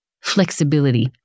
flexibility